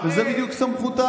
וזו בדיוק סמכותה.